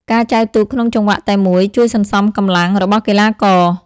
ការចែវទូកក្នុងចង្វាក់តែមួយជួយ សន្សំកម្លាំង របស់កីឡាករ។